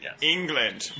England